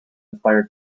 inspired